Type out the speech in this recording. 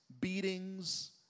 beatings